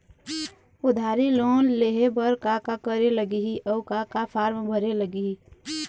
उधारी लोन लेहे बर का का करे लगही अऊ का का फार्म भरे लगही?